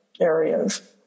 areas